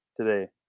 today